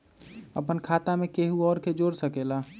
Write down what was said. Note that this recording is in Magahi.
अपन खाता मे केहु आर के जोड़ सके ला?